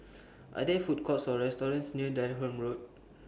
Are There Food Courts Or restaurants near Durham Road